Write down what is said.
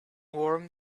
warm